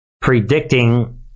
predicting